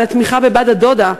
לתמיכה בבת-הדודה,